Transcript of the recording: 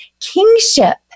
kingship